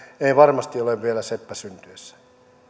ei varmasti ole vielä seppä syntyessään